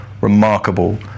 remarkable